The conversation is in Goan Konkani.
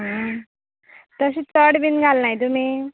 आं तशें चड बीन घालना तुमी